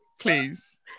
Please